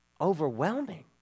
overwhelming